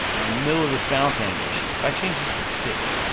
now in the middle of this bouncing animation, if i change this to two,